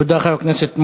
תודה, חבר הכנסת מוזס.